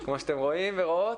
כמו שאתם רואים ורואות.